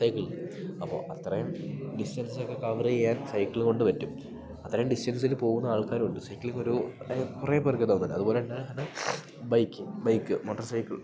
സൈക്കിളില് അപ്പോൾ അത്രയും ഡിസ്റ്റൻസൊക്കെ കവർ ചെയ്യാൻ സൈക്കിള് കൊണ്ട് പറ്റും അത്രയും ഡിസ്റ്റൻസില് പോകുന്ന ആൾക്കാരുണ്ട് സൈക്കിളിങ്ങൊരു കുർ കുറെ പേർക്ക് തോന്നും അത്പോലെതന്നെ ബൈക്കിംഗ് ബൈക്ക് മോട്ടർ സൈക്കിൾ